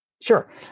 Sure